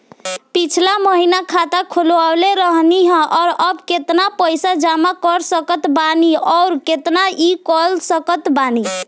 पिछला महीना खाता खोलवैले रहनी ह और अब केतना पैसा जमा कर सकत बानी आउर केतना इ कॉलसकत बानी?